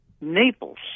Naples